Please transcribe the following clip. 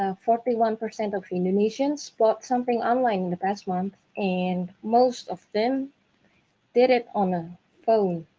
ah forty one percent of indonesians bought something online in the past month and most of them did it on the phone.